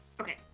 Okay